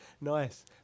Nice